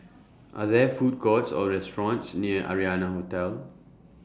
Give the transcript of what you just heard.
Are There Food Courts Or restaurants near Arianna Hotel